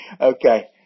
Okay